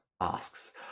asks